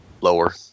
lower